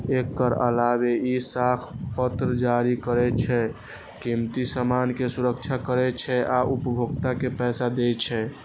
एकर अलावे ई साख पत्र जारी करै छै, कीमती सामान के सुरक्षा करै छै आ उपभोक्ता के पैसा दै छै